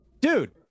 Dude